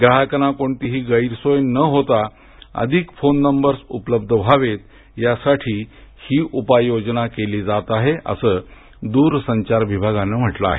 ग्राहकांना कोणतीही गैरसोय न होता अधिक फोन नंबर्स उपलब्ध व्हावेत यासाठी ही उपाय योजना केली जात आहे अस द्रसंचार विभागान म्हटलं आहे